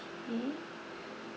okay